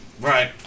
Right